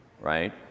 right